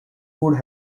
would